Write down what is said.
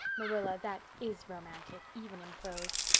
marilla, that is romantic, even in prose.